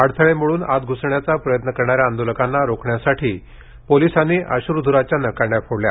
अडथळे मोडून आत घ्सण्याचा प्रयत्न करणाऱ्या आंदोलकांना रोखण्यासाठी पोलिसांनी अश्र्ध्राच्या नळकांडया फोडल्या